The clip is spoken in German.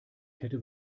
kette